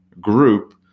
group